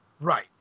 right